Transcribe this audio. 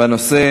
והנושא,